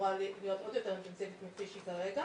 אמורה להיות עוד יותר אינטנסיבית מכפי שהיא כרגע,